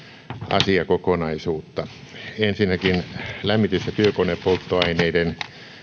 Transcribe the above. asiakokonaisuutta ensinnäkin lämmitys ja työkonepolttoaineiden